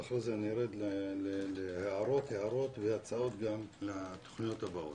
ואחרי זה אני ארד להערות והצעות לתוכניות הבאות.